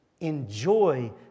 enjoy